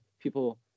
people